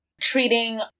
treating